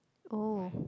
oh